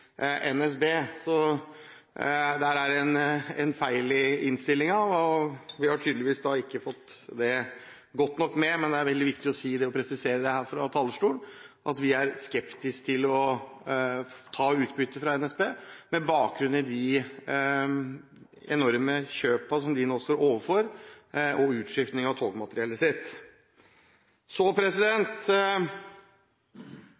NSB. Så der er det en feil i innstillingen; vi har tydeligvis ikke fått det godt nok med. Men det er veldig viktig å presisere her fra talerstolen at vi er skeptisk til å ta utbytte fra NSB med bakgrunn i de enorme kjøpene som de nå står overfor, bl.a. i forbindelse med utskifting av togmateriellet sitt.